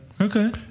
Okay